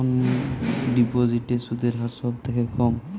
কোন ডিপোজিটে সুদের হার সবথেকে কম?